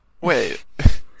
Wait